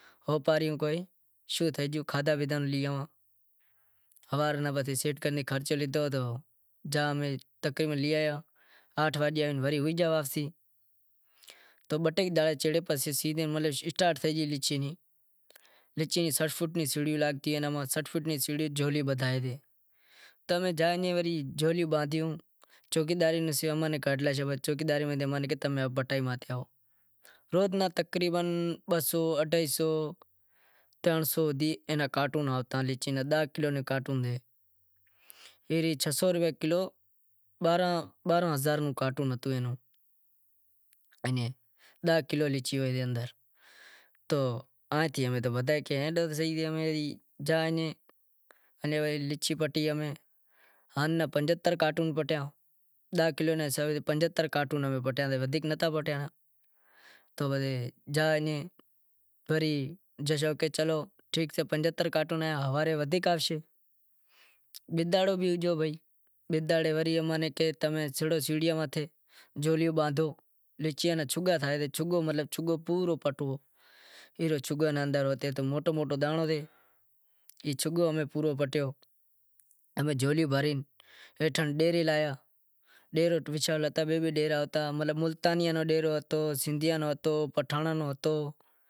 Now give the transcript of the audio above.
تو کوئی شوں تھے گیو کوئی کھادہا پیتا روں لی آواں ہوارے روں کوئی خرچو لیدہو سیٹھ کنیں تو کائیں لے آیا کھادہا پیتا ہاروں تو بھاگی آیا تو وڑی گیا واپسی تو بی ٹے ڈینہں چھیڑے وڑے سیزن اسٹارٹ تھئی گئی سیڑہیوں لاگے پسے جھولی باندہیوں چوکیداری ماں امیں کاڈھے لاشو، روز داہ کلو را کارٹوں ہتا اینے داہ کلو لیچھیوں ہوئی اندر انیں وڑی لچھی پٹی امیں، امیں پنجھتر کارٹون پٹیا، تو کہیو چلو ٹھیک سے ہوارے ودہیک آوسیں۔ بئے دہاڑے امیں کیدہو چلو جھگو پورو پٹو تو امیں جھولیوں بھرے ہیٹھ ڈیرے لایا تنڈی بھی ڈیرا ہتا، ملتان روں ڈیرو ہتو، سندھیاں روں ڈیرو ہتو۔